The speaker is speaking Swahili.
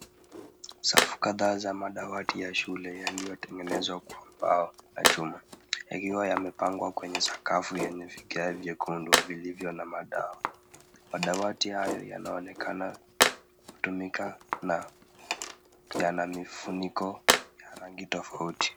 Safu kadhaa za madawati ya shule yaliyotengenezwa kwa mbao na chuma yakiwa yamepangwa kwenye sakafu yenye vigae vyekundu vilivyo na madawa. Madawati hayo yanaonekana kutumika na yana mifuniko ya rangi tofauti.